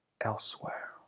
elsewhere